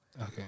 Okay